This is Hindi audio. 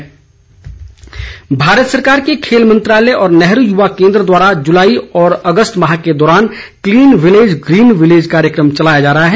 पौधरोपण भारत सरकार के खेल मंत्रालय और नेहरू युवा केन्द्र द्वारा जुलाई और अगस्त माह के दौरान क्लीन विलेज ग्रीन विलेज कार्यक्रम चलाया जा रहा है